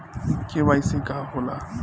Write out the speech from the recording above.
इ के.वाइ.सी का हो ला?